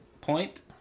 point